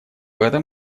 этом